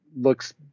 looks